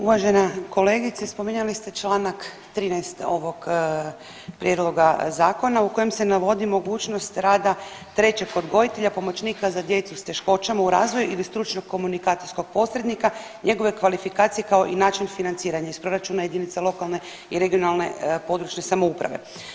Uvažena kolegice spominjali ste članak 13. ovog Prijedloga zakona u kojem se navodi mogućnost rada trećeg odgojitelja pomoćnika za djecu s teškoćama u razvoju ili stručnog komunikacijskog posrednika, njegove kvalifikacije kao i način financiranja iz proračuna jedinica lokalne i regionalne područne samouprave.